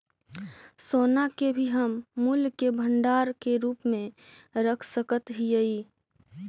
सोना के भी हम मूल्य के भंडार के रूप में रख सकत हियई